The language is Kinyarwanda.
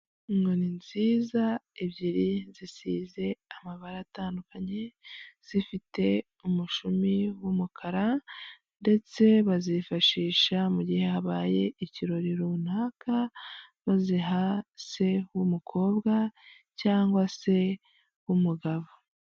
Inkoni nziza ebyiri zisize amabara atandukanye, zifite umushumi w'umukara ndetse bazifashisha mu gihe habaye ikirori runaka baziha se w'umukobwa cyangwa se w'umugabo.